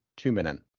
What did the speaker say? Tuminen